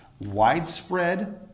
widespread